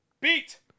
Beat